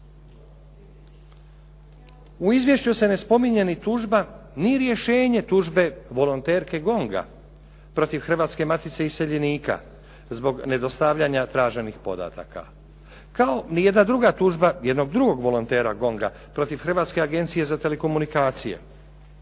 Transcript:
U izvješću se ne spominje ni tužba, ni rješenje tužbe volonterke GONG-a protiv Hrvatske matice iseljenika, zbog nedostavljanja traženih podataka. Kao ni jedna druga tužba jednog drugog volontera GONG-a protiv Hrvatske agencije za telekomunikacije.